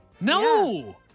No